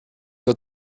der